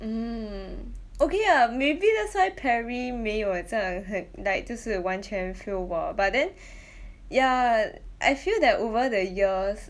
mmhmm okay ah maybe that's why Perry 没有在很 like 就是完全 fail 我 but then ya I feel that over the years